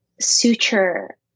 suture